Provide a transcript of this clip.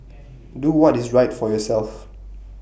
do what is right for yourself